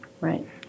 Right